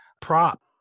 prop